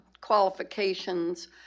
qualifications